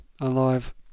alive